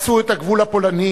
חצו את הגבול הפולני,